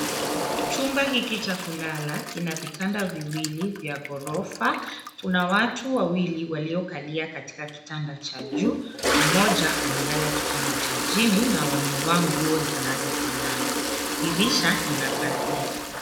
Chumba hiki cha kulala, kina vitanda viwili vya ghorofa. Kuna watu wawili walio kalia katika kitanda cha juu, mmoja amelala kitanda cha chini na wamevaa nguo zinazofanana. Dirisha, ina pazia.